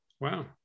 wow